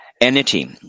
entity